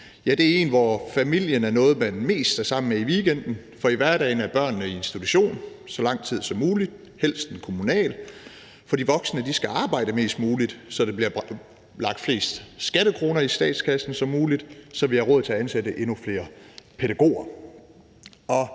er en, hvor familien er nogle, man mest er sammen med i weekenden. For i hverdagen er børnene i institution så lang tid som muligt, helst i en kommunal, for de voksne skal arbejde mest muligt, så der bliver lagt så mange skattekroner i statskassen som muligt, så vi har råd til at ansætte endnu flere pædagoger,